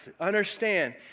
understand